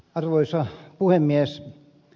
arvoisa puhemies